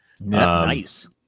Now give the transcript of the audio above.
Nice